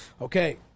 Okay